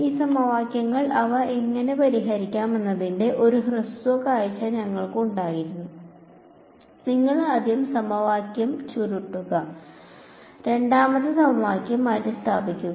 ഈ സമവാക്യങ്ങൾ അവ എങ്ങനെ പരിഹരിക്കാം എന്നതിന്റെ ഒരു ഹ്രസ്വ കാഴ്ച ഞങ്ങൾക്കുണ്ടായിരുന്നു നിങ്ങൾ ആദ്യ സമവാക്യം ചുരുട്ടുക രണ്ടാമത്തെ സമവാക്യം മാറ്റിസ്ഥാപിക്കുക